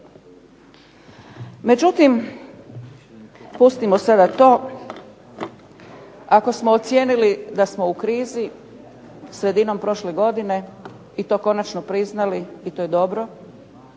Međutim pustimo sada to, ako smo ocijenili da smo u krizi sredinom prošle godine i to konačno priznali i to je dobro,